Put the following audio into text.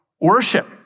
worship